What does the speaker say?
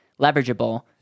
leverageable